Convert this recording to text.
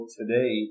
today